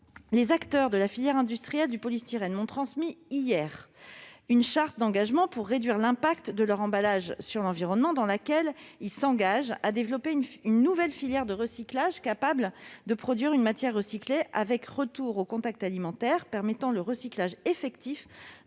les acteurs de la filière industrielle du polystyrène m'ont transmis, hier, une charte visant à réduire l'impact sur l'environnement des emballages qu'ils produisent, par laquelle ils s'engagent à développer une nouvelle filière de recyclage capable de produire une matière recyclée, avec retour au contact alimentaire : elle permettrait le recyclage effectif